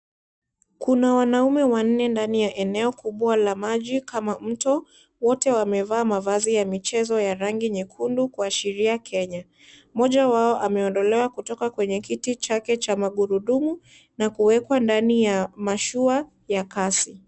Kuna wanaume wanne walio eneo kubwa la maji kama mto wote wamevaa mavazi ya michezo ya rangi nyekundu kuashiria Kenya mmoja wao ameondolewa kutoka kwenye kiti chake cha magurudumu na kuwekwa ndani ya mashua ya kasi.